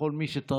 לכל מי שטרח